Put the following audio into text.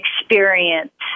experience